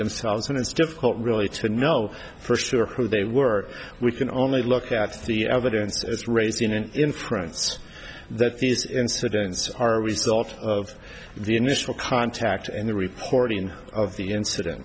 themselves and it's difficult really to know for sure who they were we can only look at the evidence as raising an inference that these incidents are result of the initial contact and the reporting of the incident